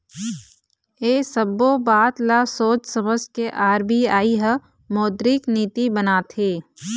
ऐ सब्बो बात ल सोझ समझ के आर.बी.आई ह मौद्रिक नीति बनाथे